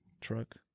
truck